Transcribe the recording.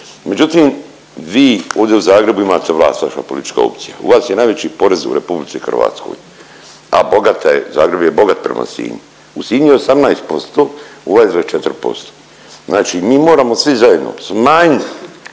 međutim vi ovdje u Zagrebu imate vlast, vaša politička opcija, u vas je najveći porez u RH, a bogata je, Zagreb je bogat prema Sinju. U Sinju je 18%, u vas je 24%. Znači mi moramo svi zajedno smanjiti